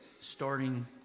starting